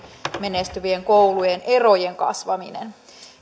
menestyvien koulujen erojen kasvaminen